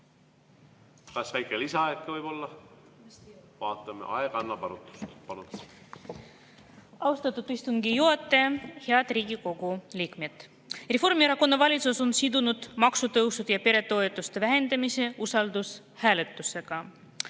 Kas väike lisaaeg ka võib-olla? Vaatame, aeg annab arutust.